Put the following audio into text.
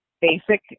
basic